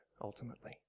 ultimately